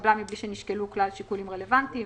התקבלה מבלי שנשקלו כלל שיקולים רלוונטיים,